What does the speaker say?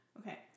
Okay